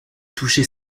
toucher